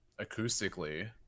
acoustically